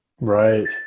Right